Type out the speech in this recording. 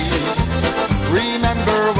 Remember